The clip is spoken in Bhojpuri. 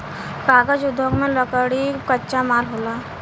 कागज़ उद्योग में लकड़ी कच्चा माल होला